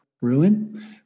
ruin